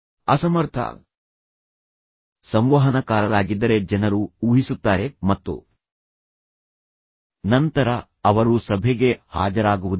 ಅಸಮರ್ಥ ಸಂವಹನಕಾರರಾಗಿದ್ದರೆ ಜನರು ಊಹಿಸುತ್ತಾರೆ ಮತ್ತು ನಂತರ ಅವರು ಸಭೆಗೆ ಹಾಜರಾಗುವುದಿಲ್ಲ